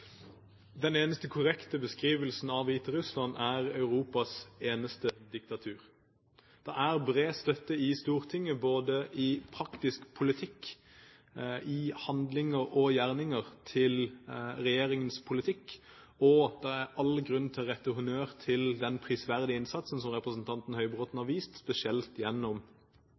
eneste diktatur. Det er bred støtte i Stortinget både i praktisk politikk, i handlinger og gjerninger til regjeringens politikk, og det er all grunn til å rette honnør til den prisverdige innsatsen som representanten Høybråten har vist, spesielt gjennom